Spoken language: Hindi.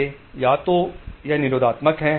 वे या तो यह निरोधात्मक है